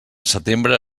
setembre